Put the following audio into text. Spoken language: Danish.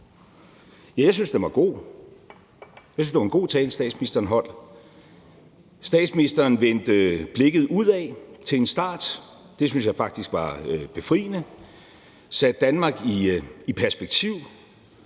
Jeg synes, at det var en god tale, statsministeren holdt. Statsministeren vendte blikket udad til en start – det synes jeg faktisk var befriende – og satte Danmark i perspektiv.